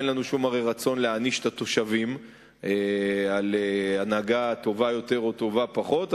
אין לנו שום רצון להעניש את התושבים על הנהגה טובה יותר או טובה פחות,